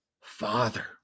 Father